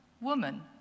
Woman